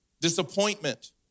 disappointment